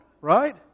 right